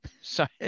Sorry